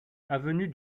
avenue